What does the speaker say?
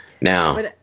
now